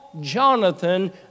Jonathan